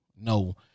no